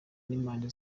n’impande